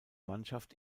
mannschaft